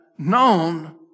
known